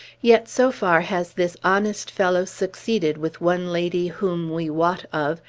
yet, so far has this honest fellow succeeded with one lady whom we wot of,